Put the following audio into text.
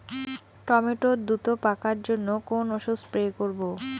Tomato দ্রুত পাকার জন্য কোন ওষুধ স্প্রে করব?